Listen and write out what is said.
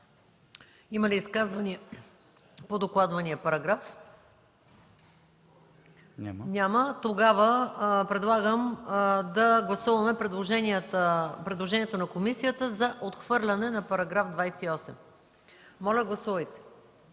Има ли изказвания по докладвания параграф? Няма. Предлагам да гласуваме предложението на комисията за отхвърляне на § 28. Гласували